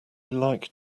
like